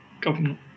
government